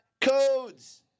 codes